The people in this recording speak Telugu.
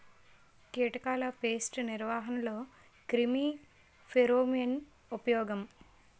కీటకాల పేస్ట్ నిర్వహణలో క్రిమి ఫెరోమోన్ ఉపయోగం